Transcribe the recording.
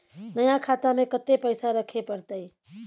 नया खाता में कत्ते पैसा रखे परतै?